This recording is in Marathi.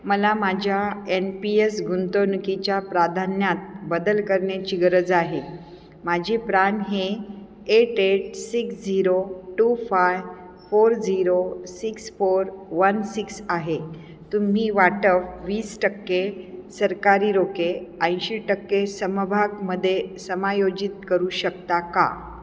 मला माझ्या एन पी एस गुंतवणुकीच्या प्राधान्यात बदल करण्याची गरज आहे माझी प्रान हे eight eight six zero two five four zero six four one six आहे तुम्ही वाटप वीस टक्के सरकारी रोखे ऐंशी टक्के समभागामध्ये समायोजित करू शकता का